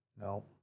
No